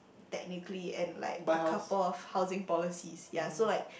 technically and like a couple of housing policies ya so like